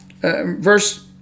verse